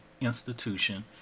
institution